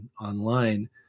online